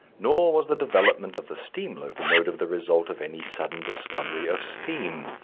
nor was the development of the steam locomotive the result of any sudden discovery of steam.